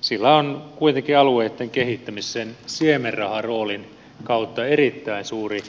sillä on kuitenkin alueitten kehittämisen siemenraharoolin kautta erittäin suuri